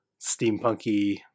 steampunky